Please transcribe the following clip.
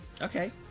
Okay